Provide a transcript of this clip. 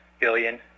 billion